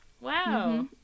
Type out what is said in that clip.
wow